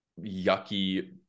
yucky